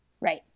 Right